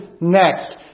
next